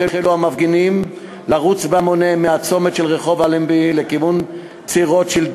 החלו המפגינים לרוץ בהמוניהם מהצומת של רחוב אלנבי לכיוון ציר רוטשילד,